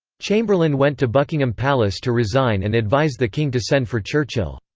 chamberlain went to buckingham palace to resign and advise the king to send for churchill.